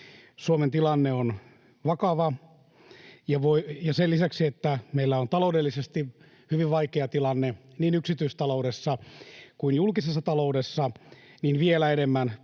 Suomen tilanne on vakava, ja sen lisäksi, että meillä on taloudellisesti hyvin vaikea tilanne niin yksityistaloudessa kuin julkisessa taloudessa, niin vielä enemmän,